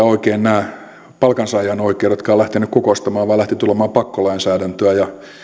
oikein nämä palkansaajan oikeudetkaan lähteneet kukoistamaan vaan lähti tulemaan pakkolainsäädäntöä ja